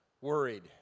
worried